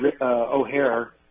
O'Hare